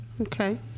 Okay